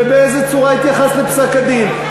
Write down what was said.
ובאיזו צורה התייחסת לפסק-הדין.